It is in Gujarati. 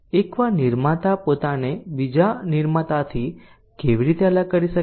એકવાર નિર્માતા પોતાને બીજા નિર્માતાથી કેવી રીતે અલગ કરી શકે છે